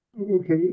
Okay